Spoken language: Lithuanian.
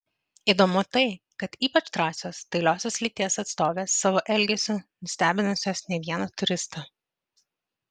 įdomu tai kad ypač drąsios dailiosios lyties atstovės savo elgesiu nustebinusios ne vieną turistą